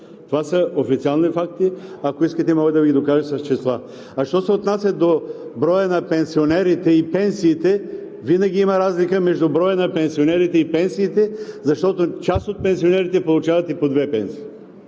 Това са официални факти – ако искате, мога да Ви докажа с числа. А що се отнася до броя на пенсионерите и пенсиите – между броя на пенсионерите и пенсиите, защото част от пенсионерите получават и по две пенсии.